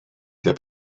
der